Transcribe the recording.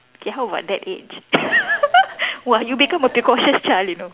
K how about that age !wah! you become a precautious child you know